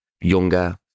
younger